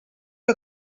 que